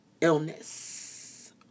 illness